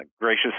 gracious